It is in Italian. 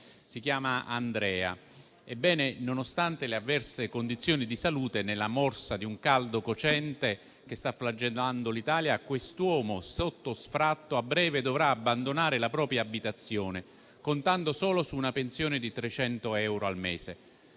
Si chiama Andrea. Ebbene, nonostante le avverse condizioni di salute, nella morsa di un caldo cocente che sta flagellando l'Italia, quest'uomo, sotto sfratto a breve, dovrà abbandonare la propria abitazione, contando solo su una pensione di 300 euro al mese.